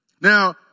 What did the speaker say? Now